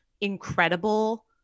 incredible